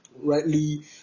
Rightly